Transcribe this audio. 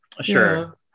Sure